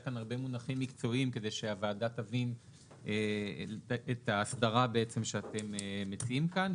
כדי שהוועדה תבין את האסדרה שאתם מציעים כאן.